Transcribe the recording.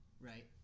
right